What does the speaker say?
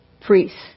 priests